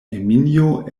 eminjo